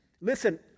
listen